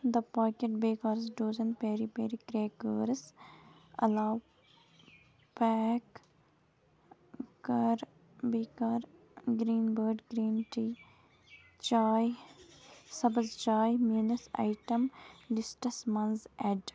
the packet bakers dozen peri peri bakers علاوٕ pack کَر بیٚیہِ کَر گرٛیٖن بٲڈ گریٖن ٹی چاے سبٕز چاے میٲنِس آیٹم لسٹَس منٛز ایڈ